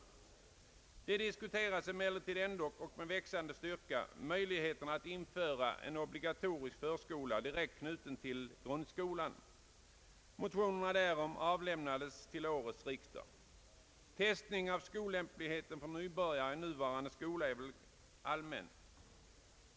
Med växande styrka diskuteras emellertid ändock möjligheterna att införa en obligatorisk förskola direkt knuten till grundskolan. Motioner härom avlämnades till årets riksdag. Testning av skollämpligheten för nybörjare i nuvarande skola är väl allmän.